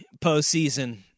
postseason